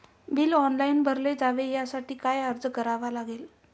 Bill online भरले जावे यासाठी काय अर्ज करावा लागेल?